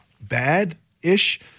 bad-ish